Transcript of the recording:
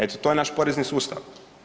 Eto, to je naš porezni sustav.